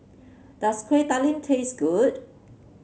does Kueh Talam taste good